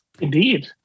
Indeed